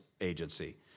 Agency